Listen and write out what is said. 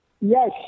Yes